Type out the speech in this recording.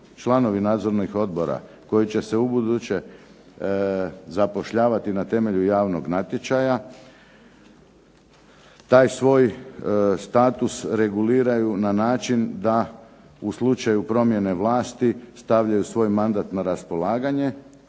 članovi nadzornih odbora koji će se ubuduće zapošljavati na temelju javnog natječaja, taj svoj status reguliraju na način da u slučaju promjene vlasti stavljaju svoj mandat na raspolaganje,